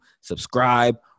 subscribe